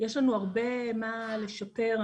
יש לנו הרבה מה לשפר,